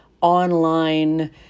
online